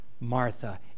Martha